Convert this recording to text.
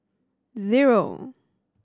zero